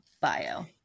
bio